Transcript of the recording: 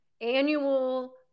annual